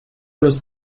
los